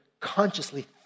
consciously